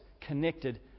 connected